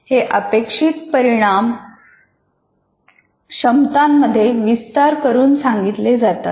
हे अपेक्षित परिणाम क्षमतांमध्ये विस्तार करून सांगितले जातात